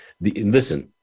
Listen